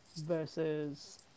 Versus